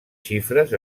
xifres